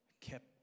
kept